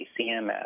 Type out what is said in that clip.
CMS